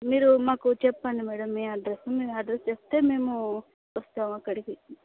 మీరు మాకు చెప్పండి మేడం మీ అడ్రస్ మీ అడ్రస్ చెప్తే మేము వస్తాము అక్కడికి